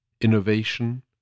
innovation